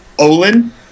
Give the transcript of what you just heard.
Olin